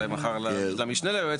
אולי מחר למשנה ליועצת,